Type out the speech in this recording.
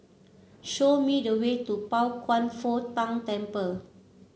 show me the way to Pao Kwan Foh Tang Temple